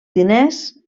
diners